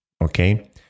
okay